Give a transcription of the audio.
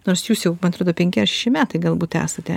nors jūs jau man atrodo penki ar šeši metai galbūt esate